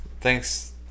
Thanks